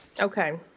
Okay